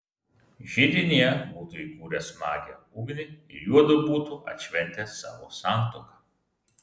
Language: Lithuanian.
židinyje būtų įkūręs smagią ugnį ir juodu būtų atšventę savo santuoką